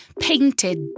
Painted